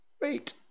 Wait